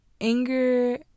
anger